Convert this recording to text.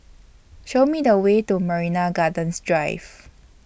Show Me The Way to Marina Gardens Drive